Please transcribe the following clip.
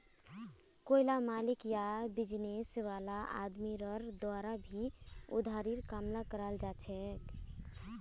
कोईला मालिक या बिजनेस वाला आदमीर द्वारा भी उधारीर काम कराल जाछेक